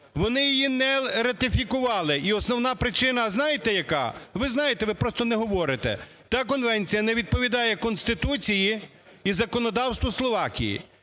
Вони її не ратифікували, і основна причина, знаєте, яка? Ви знаєте, ви просто не говорите. Та конвенція не відповідає Конституції і законодавству Словаччини.